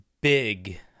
big